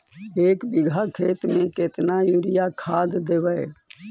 एक बिघा खेत में केतना युरिया खाद देवै?